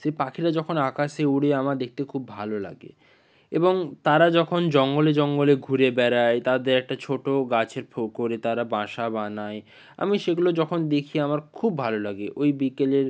সেই পাখিরা যখন আকাশে ওড়ে আমার দেখতে খুব ভালো লাগে এবং তারা যখন জঙ্গলে জঙ্গলে ঘুরে বেড়ায় তাদের একটা ছোটো গাছের ফোকরে তারা বাসা বানায় আমি সেগুলো যখন দেখি আমার খুব ভালো লাগে ওই বিকেলের